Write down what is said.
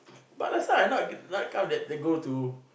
but last time I not I not kind that go to